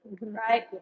Right